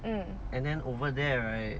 mm